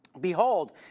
Behold